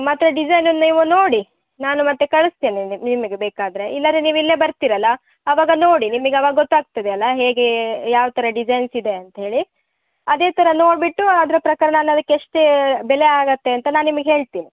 ಮಾತ್ರ ಡಿಸೈನು ನೀವು ನೋಡಿ ನಾನು ಮತ್ತೆ ಕಳಿಸ್ತೇನೆ ನಿಮಿಗೆ ಬೇಕಾದರೆ ಇಲ್ಲಾದ್ರೆ ನೀವು ಇಲ್ಲೇ ಬರ್ತಿರಲ್ಲ ಅವಾಗ ನೋಡಿ ನಿಮಿಗೆ ಆವಾಗ ಗೊತ್ತಾಗ್ತದೆ ಅಲ್ಲಾ ಹೇಗೆ ಯಾವ ಥರ ಡಿಸೈನ್ಸ್ ಇದೆ ಅಂತೇಳಿ ಅದೆ ಥರ ನೋಡಿಬಿಟ್ಟು ಅದ್ರ ಪ್ರಕಾರ ನಾನು ಅದಕ್ಕೆ ಎಷ್ಟು ಬೆಲೆ ಆಗುತ್ತೆ ಅಂತ ನಾನು ನಿಮಿಗೆ ಹೇಳ್ತೀನಿ